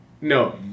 no